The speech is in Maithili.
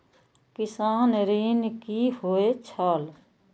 किसान ऋण की होय छल?